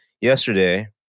yesterday